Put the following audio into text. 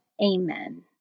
Amen